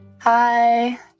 Hi